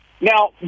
Now